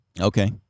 Okay